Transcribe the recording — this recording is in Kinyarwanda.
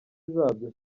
zabyo